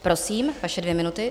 Prosím, vaše dvě minuty.